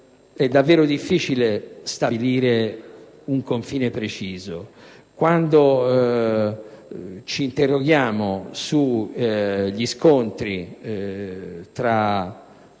davvero difficile stabilire un confine preciso. Quando ci interroghiamo sugli scontri tra